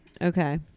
Okay